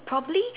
probably